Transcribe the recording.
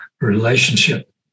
relationship